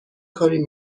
کاری